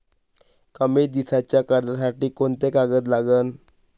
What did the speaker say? कमी दिसाच्या कर्जासाठी कोंते कागद लागन?